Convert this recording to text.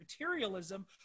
materialism